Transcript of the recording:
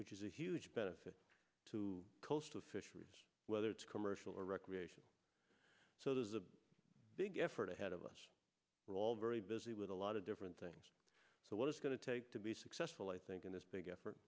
which is a huge benefit to coast of fisheries whether it's commercial or recreation so there's a big effort ahead of us we're all very busy with a lot of different things so what it's going to take to be successful i think in this big effort